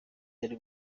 yari